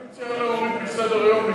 אני מציע להוריד מסדר-היום.